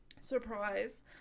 Surprise